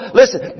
listen